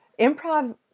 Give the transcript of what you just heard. improv